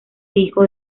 hijo